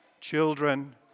Children